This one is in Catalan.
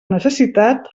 necessitat